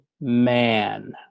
man